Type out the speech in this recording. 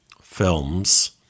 films